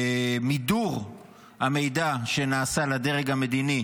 ומידור המידע שנעשה לדרג המדיני